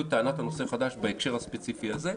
את טענת הנושא חדש בהקשר הספציפי הזה.